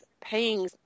paying